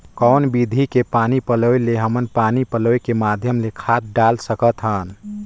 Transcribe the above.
कौन विधि के पानी पलोय ले हमन पानी पलोय के माध्यम ले खाद डाल सकत हन?